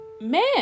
men